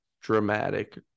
dramatic